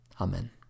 Amen